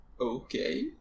Okay